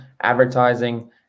advertising